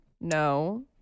No